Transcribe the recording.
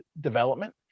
development